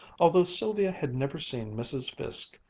although sylvia had never seen mrs. fiske,